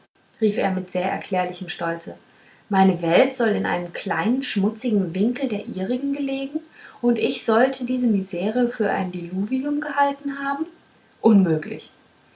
rief er mit sehr erklärlichem stolze meine welt sollte in einem kleinen schmutzigen winkel der ihrigen gelegen und ich sollte diese misere für ein diluvium gehalten haben unmöglich